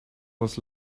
was